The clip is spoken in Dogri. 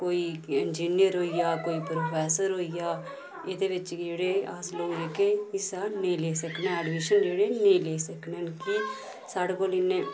कोई इन्जीनियर होई गेआ कोई प्रोफैसर होई गेआ एह्दे बिच्च जेह्ड़े अस लोक जेह्के हिस्सा नेईं लेई सकने हैन ऐडमिशन जेह्ड़ी नेईं लेई सकने हैन कि साढ़े कोल इन्ने